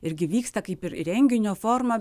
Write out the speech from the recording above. irgi vyksta kaip ir renginio forma